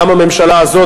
גם הממשלה הזאת,